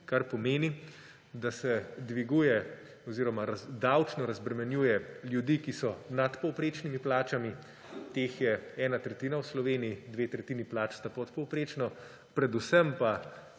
kar pomeni, da se dviguje oziroma davčno razbremenjuje ljudi, ki so nad povprečnimi plačami, teh je ena tretjina v Sloveniji, dve tretjini plač sta pod povprečno. Predvsem pa